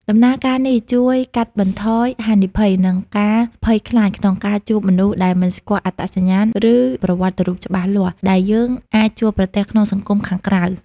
ដំណើរការនេះជួយកាត់បន្ថយហានិភ័យ និងការភ័យខ្លាចក្នុងការជួបមនុស្សដែលមិនស្គាល់អត្តសញ្ញាណ ឬប្រវត្តិរូបច្បាស់លាស់ដែលយើងអាចជួបប្រទះក្នុងសង្គមខាងក្រៅ។